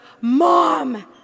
Mom